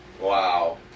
Wow